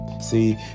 See